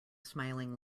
smiling